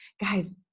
guys